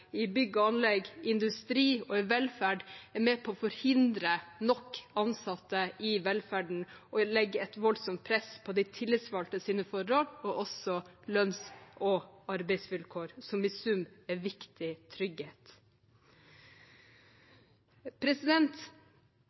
bygg og anlegg, industri og velferd er med på å forhindre nok ansatte i velferden og legger et voldsomt press på forholdene for de tillitsvalgte og deres lønns- og arbeidsvilkår, som i sum er viktig trygghet.